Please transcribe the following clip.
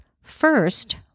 First